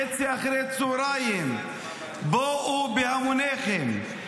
30. בואו בהמוניכם.